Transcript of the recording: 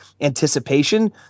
anticipation